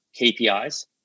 KPIs